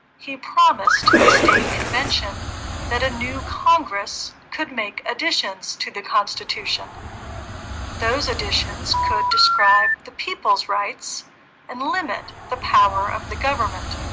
he promised the state convention that a new congress could make additions to the constitution those additions could describe the people's rights and limit the power of the government